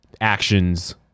actions